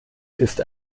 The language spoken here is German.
ist